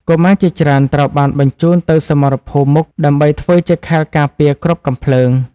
កុមារជាច្រើនត្រូវបានបញ្ជូនទៅសមរភូមិមុខដើម្បីធ្វើជាខែលការពារគ្រាប់កាំភ្លើង។